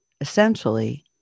essentially